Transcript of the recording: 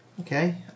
Okay